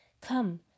Come